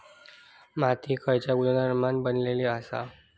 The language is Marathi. माती खयच्या गुणधर्मान बनलेली असता?